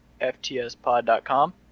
FTSpod.com